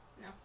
No